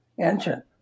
Engine